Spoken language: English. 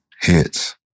hits